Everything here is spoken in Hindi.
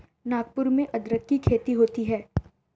नागपुर में अदरक की खेती होती है